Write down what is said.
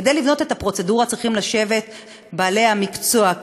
כדי לבנות את הפרוצדורה צריכים לשבת בעלי המקצוע,